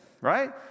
right